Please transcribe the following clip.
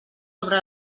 sobre